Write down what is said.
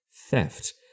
theft